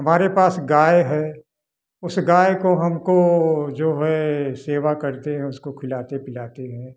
हमारे पास गाय है उस गाय को हमको जो है सेवा करते हैं उसको खिलाते पिलाते हैं